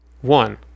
one